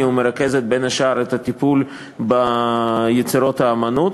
ומרכזת בין השאר את הטיפול ביצירות האמנות.